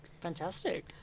fantastic